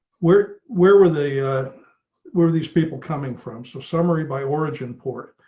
where, where, where the, where these people coming from so summary by origin port.